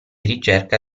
ricerca